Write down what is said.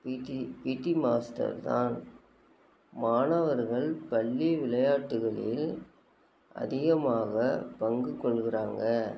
பிடி PT master தான் மாணவர்கள் பள்ளி விளையாட்டுகளில் அதிகமாக பங்கு கொள்கிறாங்க